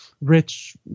rich